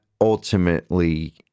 ultimately